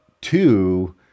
two